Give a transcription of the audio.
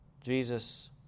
Jesus